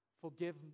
forgive